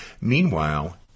Meanwhile